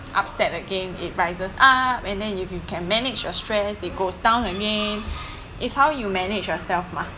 upset again it rises up and then if you can manage your stress it goes down again is how you manage yourself mah